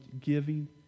giving